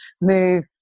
move